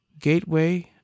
Gateway